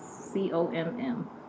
C-O-M-M